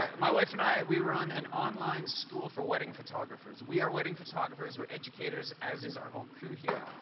um my wife and i, we run an online school for wedding photographers, we are wedding photographers, we're educators, as is our whole crew here,